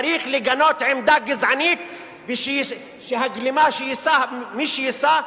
צריך לגנות עמדה גזענית שהגלימה שיישא מי שיישא,